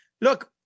look